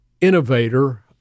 innovator